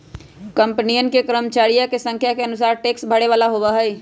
कंपनियन के कर्मचरिया के संख्या के अनुसार टैक्स भरे ला होबा हई